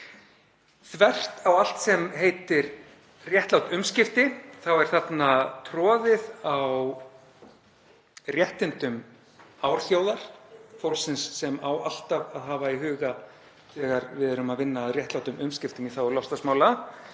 Þvert á allt sem heitir réttlát umskipti er þarna troðið á réttindum árþjóðar, fólksins sem á alltaf að hafa í huga þegar við erum að vinna að réttlátum umskiptum í þágu loftslagsmála.